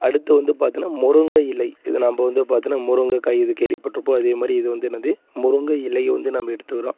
அடுத்து வந்து பார்த்தின்னா முருங்கை இலை இதை நாம் வந்து பார்த்தின்னா முருங்கக்காய் இது கேள்விப்பட்டிருப்போம் அதே மாதிரி இது வந்து என்னது முருங்கை இலையை வந்து நாம் எடுத்துக்கிறோம்